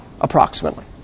approximately